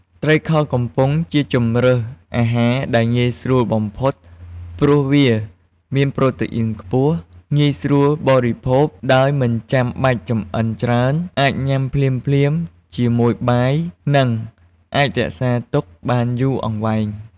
ត្រីខកំប៉ុង ជាជម្រើសអាហារដែលងាយស្រួលបំផុតព្រោះវា មានប្រូតេអ៊ីនខ្ពស់ ងាយស្រួលបរិភោគដោយមិនចាំបាច់ចម្អិនច្រើន អាចញ៉ាំភ្លាមៗជាមួយបាយនឹងអាចរក្សាទុកបានយូរអង្វែង។